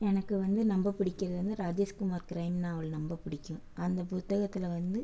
எனக்கு வந்து ரொம்ப பிடிக்கிறது வந்து ராஜேஷ் குமார் க்ரைம் நாவல் ரொம்ப பிடிக்கும் அந்த புத்தகத்தில் வந்து